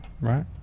right